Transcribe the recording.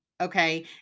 okay